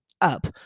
up